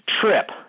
trip